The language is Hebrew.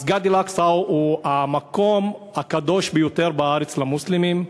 מסגד אל-אקצא הוא המקום הקדוש ביותר בארץ למוסלמים.